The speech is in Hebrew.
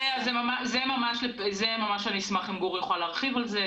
אני אשמח אם גור יוכל להרחיב על זה,